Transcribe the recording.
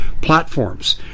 platforms